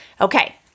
okay